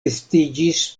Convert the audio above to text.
estiĝis